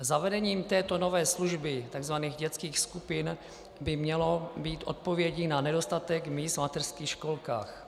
Zavedení této nové služby, tzv. dětských skupin, by mělo být odpovědí na nedostatek míst v mateřských školkách.